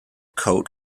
colt